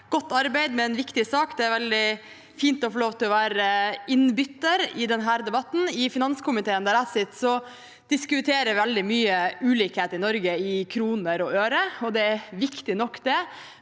godt arbeid med en viktig sak. Det er veldig fint å få lov til å være innbytter i denne debatten. I finanskomiteen, der jeg sitter, diskuterer vi veldig mye ulikheten i Norge i kroner og øre, og det er viktig nok, men